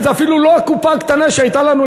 זה אפילו לא הקופה הקטנה שהייתה לנו,